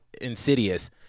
Insidious